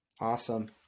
Awesome